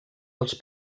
dels